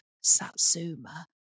satsuma